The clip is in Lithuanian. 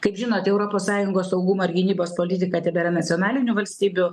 kaip žinot europos sąjungos saugumo ir gynybos politika tebėra nacionalinių valstybių